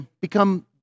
become